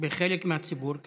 בחלק מהציבור כן.